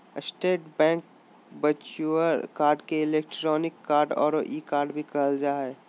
state Bank virtual card के electronic card औरो e card भी कहल जा हइ